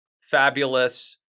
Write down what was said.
fabulous